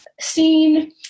seen